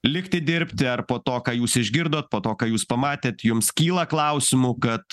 likti dirbti ar po to ką jūs išgirdot po to ką jūs pamatėt jums kyla klausimų kad